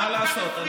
מה לעשות?